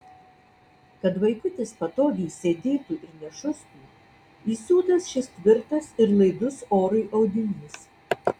kad vaikutis patogiai sėdėtų ir nešustų įsiūtas šis tvirtas ir laidus orui audinys